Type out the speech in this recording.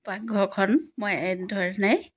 পাকঘৰখন মই এই ধৰণেই